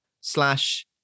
slash